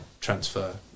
transfer